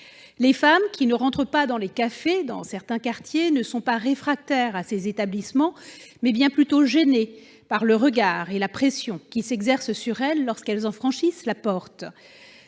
Les femmes qui n'entrent pas dans les cafés dans certains quartiers ne sont pas réfractaires à ces établissements, mais bien plutôt gênées par les regards et la pression qui s'exercent sur elles lorsqu'elles en franchissent la porte.